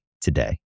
today